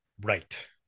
right